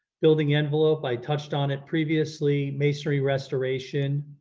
building envelope, i touched on it previously, masonry restoration.